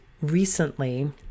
recently